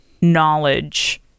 knowledge